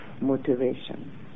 motivation